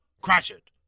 Cratchit